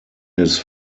his